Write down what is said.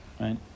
right